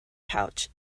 pouch